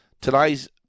Today's